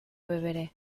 beberé